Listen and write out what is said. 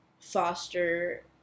foster